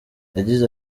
yagize